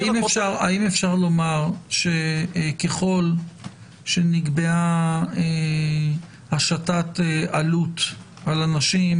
האם אפשר לומר שככל שנקבעה השתת עלות על אנשים,